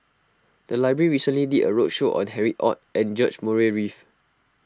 the library recently did a roadshow on Harry Ord and George Murray Reith